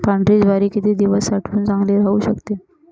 पांढरी ज्वारी किती दिवस साठवून चांगली राहू शकते?